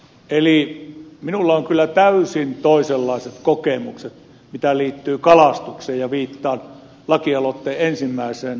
eli minulla on kyllä täysin toisenlaiset kokemukset mitä liittyy kalastukseen ja viittaan lakialoitteen ensimmäiseen allekirjoittajaan